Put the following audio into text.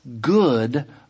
good